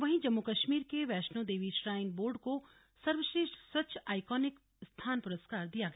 वहीं जम्मू कश्मीर के Vaishno Devi shrine board को सर्वश्रेष्ठ स्वच्छ आइकोनिक स्थान प्रस्कार दिया गया